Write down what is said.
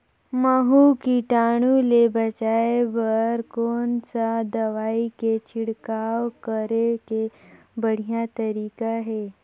महू कीटाणु ले बचाय बर कोन सा दवाई के छिड़काव करे के बढ़िया तरीका हे?